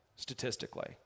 statistically